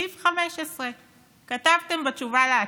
סעיף 15. כתבתם בתשובה על עתירה,